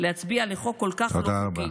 להצביע לחוק כ"כ לא חוקי?" תודה רבה.